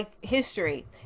history